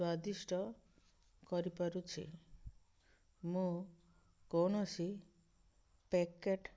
ସ୍ଵାଦିଷ୍ଟ କରିପାରୁଛି ମୁଁ କୌଣସି ପ୍ୟାକେଟ୍